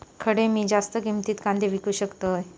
खडे मी जास्त किमतीत कांदे विकू शकतय?